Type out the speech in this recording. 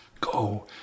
go